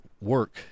work